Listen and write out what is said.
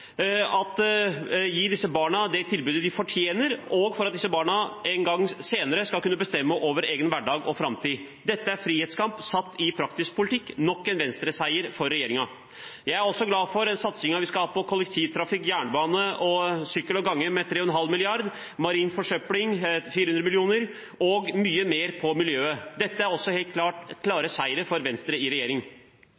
gi disse barna det tilbudet de fortjener, og for at disse barna en gang senere skal kunne bestemme over egen hverdag og framtid. Dette er frihetskamp satt i praktisk politikk, nok en Venstre-seier for regjeringen. Jeg er også glad for den satsingen vi skal ha på kollektivtrafikk, jernbane og sykkel og gange med 3,5 mrd. kr, marin forsøpling med 400 mill. kr og mye mer for miljøet. Dette er også helt klart